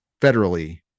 federally